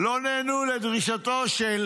לא נענו לדרישתו של